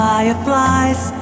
Fireflies